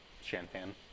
Champagne